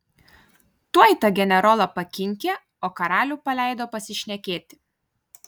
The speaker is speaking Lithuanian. tuoj tą generolą pakinkė o karalių paleido pasišnekėti